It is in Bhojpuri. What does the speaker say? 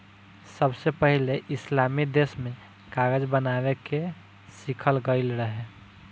सबसे पहिले इस्लामी देश में कागज बनावे के सिखल गईल रहे